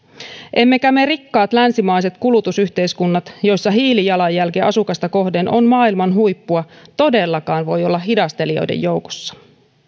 emmekä me rikkaat länsimaiset kulutusyhteiskunnat joissa hiilijalanjälki asukasta kohden on maailman huippua todellakaan voi olla hidastelijoiden joukossa